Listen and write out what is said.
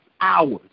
hours